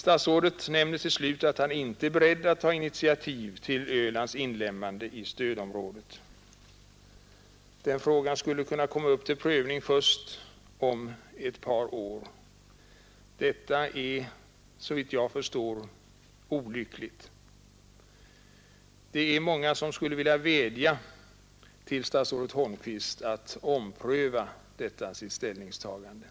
Statsrådet nämner till slut att han inte är beredd att ta initiativ till att inlemma Öland i stödområdet — den frågan skall komma upp till prövning först om ett par år. Detta är, såvitt jag förstår, olyckligt. Det är många som skulle vilja vädja till statsrådet Holmqvist att ompröva detta ställningstagande.